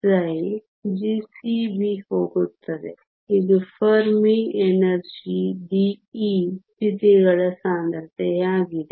gCB ಹೋಗುತ್ತದೆ ಇದು Fermi energy dE ಸ್ಥಿತಿಗಳ ಸಾಂದ್ರತೆಯಾಗಿದೆ